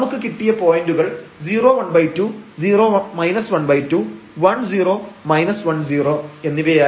നമുക്ക് കിട്ടിയ പോയന്റുകൾ 012 0 12 10 10 എന്നിവയായിരുന്നു